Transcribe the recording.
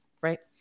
right